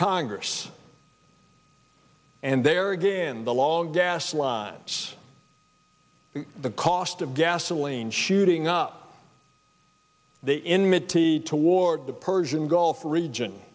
congress and there again the long gas lines the cost of gasoline shooting up the enmity toward the persian gulf region